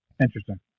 Interesting